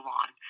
on